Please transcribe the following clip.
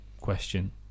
question